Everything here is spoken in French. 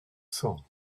sang